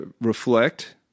reflect